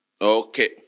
Okay